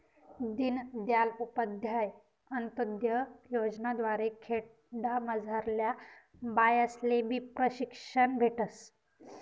दीनदयाल उपाध्याय अंतोदय योजना द्वारे खेडामझारल्या बायास्लेबी प्रशिक्षण भेटस